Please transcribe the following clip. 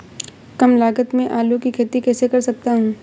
कम लागत में आलू की खेती कैसे कर सकता हूँ?